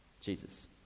Jesus